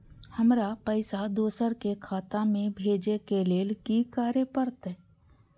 हमरा पैसा दोसर के खाता में भेजे के लेल की करे परते?